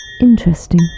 Interesting